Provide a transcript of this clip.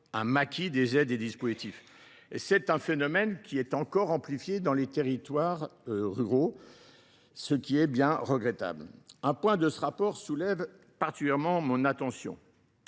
un maquis d’aides et de dispositifs. Ce phénomène, encore amplifié dans les territoires ruraux, est regrettable. Un point de ce rapport attire particulièrement mon attention